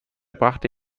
brachte